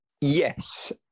Yes